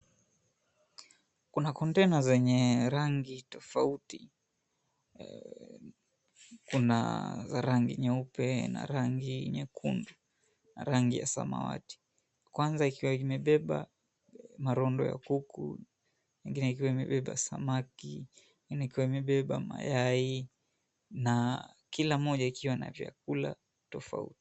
Kuna kontena zenye rangi tofauti, kuna za rangi nyeupe, na rangi nyekundu na rangi ya samawati. Kwanza ikiwa imebeba marondo ya kuku, nyingine ikiwa imebeba samaki, ingine imebeba mayai, na kila moja ikiwa na chakula tofauti.